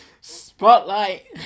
Spotlight